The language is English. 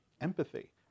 empathy